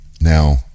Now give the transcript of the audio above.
now